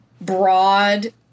broad